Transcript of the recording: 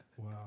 Wow